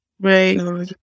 Right